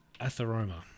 atheroma